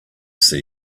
see